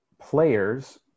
players